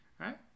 right